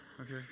Okay